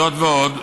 זאת ועוד,